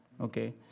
okay